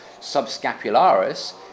subscapularis